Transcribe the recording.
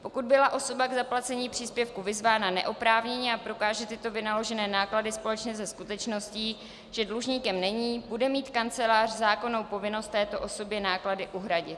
Pokud byla osoba k zaplacení příspěvku vyzvána neoprávněně a prokáže tyto vynaložené náklady společně se skutečností, že dlužníkem není, bude mít kancelář zákonnou povinnost této osobě náklady uhradit.